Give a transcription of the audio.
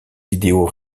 idéaux